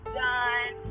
done